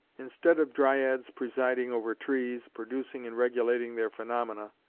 instead of dryads presiding over trees, producing and regulating their phaenomena,